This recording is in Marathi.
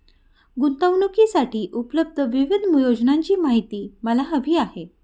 गुंतवणूकीसाठी उपलब्ध विविध योजनांची माहिती मला हवी आहे